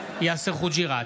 יאסר חוג'יראת,